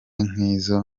nk’izo